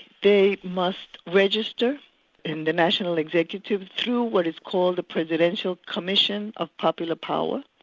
they must register in the national executive through what is called the presidential commission of popular power,